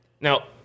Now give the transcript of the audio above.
Now